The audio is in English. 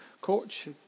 coach